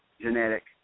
genetic